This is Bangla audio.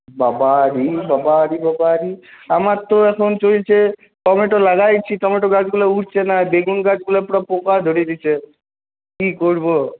বাবারি বাবারি বাবারি আমার তো এখন চলছে টমেটো লাগিয়েছি টমেটো গাছগুলা উঠছে না বেগুন গাছগুলা পুরো পোকা ধরে গেছে কী করব